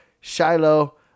Shiloh